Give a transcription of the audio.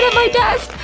yeah my desk!